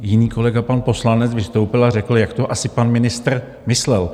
Jiný kolega pan poslanec vystoupil a řekl, jak to asi pan ministr myslel.